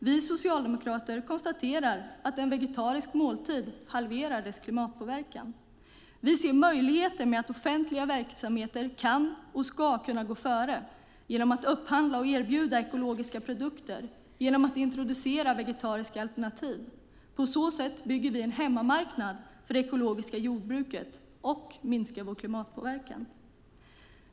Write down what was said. Vi socialdemokrater konstaterar att en måltids klimatpåverkan halveras om den är vegetarisk. Vi ser möjligheter med att offentliga verksamheter kan och ska kunna gå före genom att upphandla och erbjuda ekologiska produkter och genom att introducera vegetariska alternativ. På så sätt bygger vi en hemmamarknad för det ekologiska jordbruket och minskar vår klimatpåverkan.